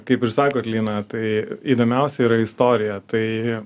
kaip ir sakot lina tai įdomiausia yra istorija tai